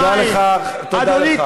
תודה לך, תודה לך.